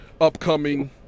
upcoming